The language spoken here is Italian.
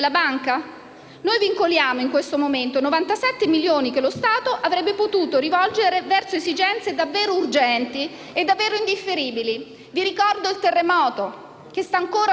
Noi vincoliamo in questo momento 97 milioni che lo Stato avrebbe potuto rivolgere verso esigenze davvero urgenti e davvero indifferibili. Vi ricordo il terremoto, che sta ancora tutto là.